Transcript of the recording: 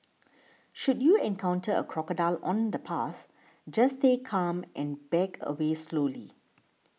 should you encounter a crocodile on the path just stay calm and back away slowly